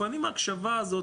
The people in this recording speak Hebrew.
לפעמים ההקשבה הזאת,